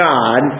God